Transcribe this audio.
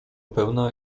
pełna